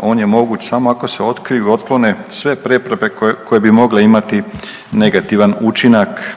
On je moguć samo ako se otkriju i otklone sve prepreke koje bi mogle imati negativan učinak